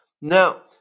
Now